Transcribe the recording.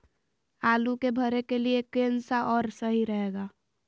आलू के भरे के लिए केन सा और सही रहेगा?